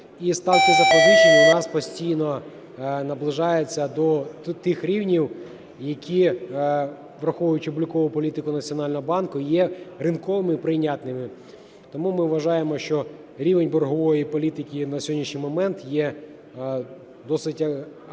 І ставка запозичень у нас постійно наближається до тих рівнів, які враховують облікову політику Національного банку, є ринковими і прийнятними. Тому ми вважаємо, що рівень боргової політики на сьогоднішній момент є досить активним